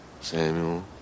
Samuel